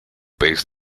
pez